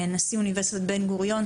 נשיא אוניברסיטת בן גוריון,